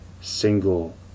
single